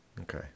Okay